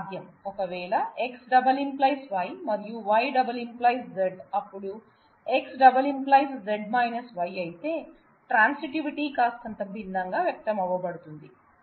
ఒకవేళ X →→ Y మరియు Y →→ Z అప్పుడు X →→ Z Y అయితే ట్రాన్సిటివిటీ కాస్తంత భిన్నంగా వ్యక్తమవబడుతుంది